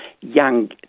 young